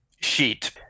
sheet